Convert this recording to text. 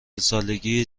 سالگی